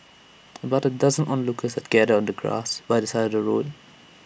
about A dozen onlookers had gathered on the grass by the side the road